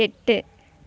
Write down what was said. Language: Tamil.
எட்டு